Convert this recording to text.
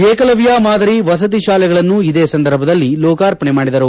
ಏಕಲವ್ಯ ಮಾದರಿ ವಸತಿ ಶಾಲೆಗಳನ್ನು ಇದೇ ಸಂದರ್ಭದಲ್ಲಿ ಲೋಕಾರ್ಪಣೆ ಮಾಡಿದರು